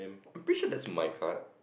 I'm pretty sure that's my card